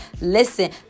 Listen